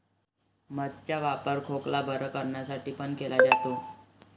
मध चा वापर खोकला बरं करण्यासाठी पण केला जातो